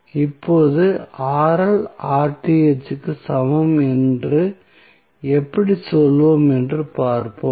இப்போது க்கு சமம் என்று எப்படி சொல்வோம் என்று பார்ப்போம்